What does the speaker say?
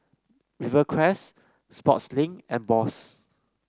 Rivercrest Sportslink and Bose